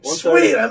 sweet